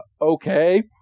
okay